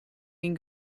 myn